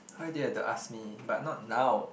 [huh] why do you have to ask me but not now